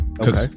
Okay